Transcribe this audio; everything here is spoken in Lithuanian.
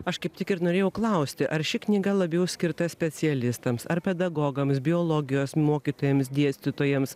aš kaip tik ir norėjau klausti ar ši knyga labiau skirta specialistams ar pedagogams biologijos mokytojams dėstytojams